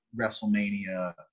WrestleMania